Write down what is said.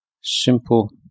simple